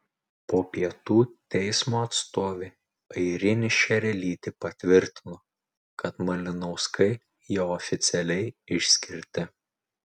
po pietų teismo atstovė airinė šerelytė patvirtino kad malinauskai jau oficialiai išskirti